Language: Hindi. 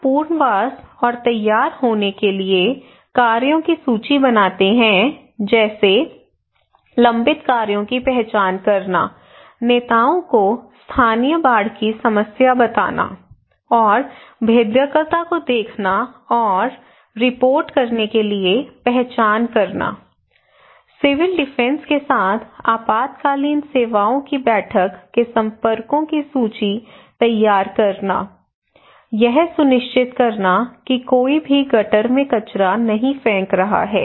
हम पुनर्वास और तैयार होने के लिए कार्यों की सूची बनाते हैं जैसे लंबित कार्यों की पहचान करना नेताओं को स्थानीय बाढ़ की समस्या बताना और भेद्यता को देखने और रिपोर्ट करने के लिए पहचान करना सिविल डिफेंस के साथ आपातकालीन सेवाओं की बैठक के संपर्कों की सूची तैयार करना यह सुनिश्चित करना कि कोई भी गटर में कचरा नहीं फेंक रहा है